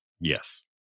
Yes